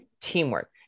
teamwork